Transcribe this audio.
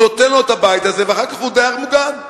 נותן לו את הבית הזה ואחר כך הוא דייר מוגן.